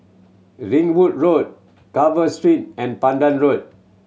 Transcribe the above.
Ringwood Road Carver Street and Pandan Road